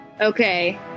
Okay